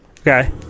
Okay